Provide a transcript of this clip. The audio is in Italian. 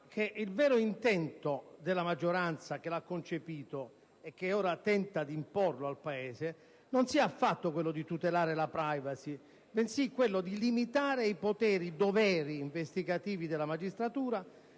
che il vero intento della maggioranza che l'ha concepito e che ora tenta di imporlo al Paese non è affatto quello di tutelare la *privacy*, bensì quello di limitare i poteri e i doveri investigativi della magistratura,